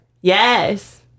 Yes